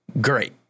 great